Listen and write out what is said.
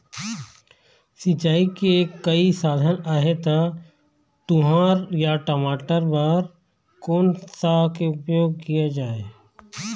सिचाई के कई साधन आहे ता तुंहर या टमाटर बार कोन सा के उपयोग किए जाए?